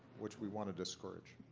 which we want to discourage.